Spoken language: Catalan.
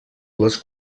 les